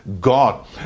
God